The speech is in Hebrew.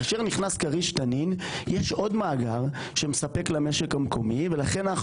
כאשר נכנס כריש-תנין יש עוד מאגר שמספק למשק המקומי ולכן אנחנו